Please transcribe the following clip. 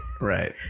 Right